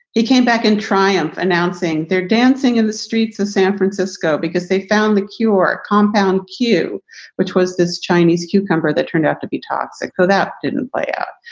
he came back in triumph, announcing they're dancing in the streets of san francisco because they found the cure. compound q which was this chinese cucumber that turned out to be toxic. so that didn't play out.